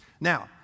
Now